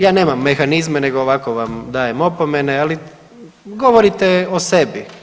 Ja nemam mehanizme nego ovako vam dajem opomene, ali govorite o sebi.